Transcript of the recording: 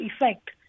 effect